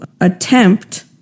attempt